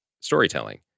storytelling